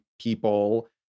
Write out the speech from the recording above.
People